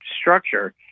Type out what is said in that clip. structure